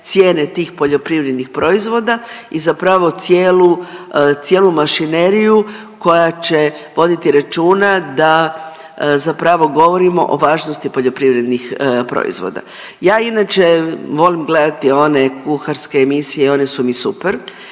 cijene tih poljoprivrednih proizvoda i zapravo cijelu, cijelu mašineriju koja će voditi računa da zapravo govorimo o važnosti poljoprivrednih proizvoda. Ja inače volim gledati one kuharske emisije, one su mi super